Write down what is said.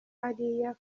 hariya